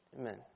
Amen